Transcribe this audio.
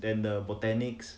and the botanics